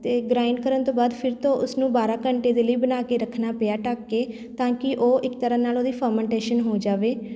ਅਤੇ ਗ੍ਰਾਇੰਡ ਕਰਨ ਤੋਂ ਬਾਅਦ ਫਿਰ ਤੋਂ ਉਸਨੂੰ ਬਾਰਾਂ ਘੰਟੇ ਦੇ ਲਈ ਬਣਾ ਕੇ ਰੱਖਣਾ ਪਿਆ ਢੱਕ ਕੇ ਤਾਂ ਕਿ ਉਹ ਇੱਕ ਤਰ੍ਹਾਂ ਨਾਲ਼ ਉਹਦੀ ਫਰਮੈਂਟੇਸ਼ਨ ਹੋ ਜਾਵੇ